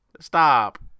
stop